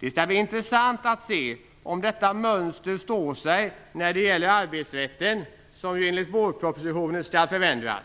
Det skall bli intressant att se om detta mönster står sig när det gäller arbetsrätten, som enligt vårpropositionen skall förändras.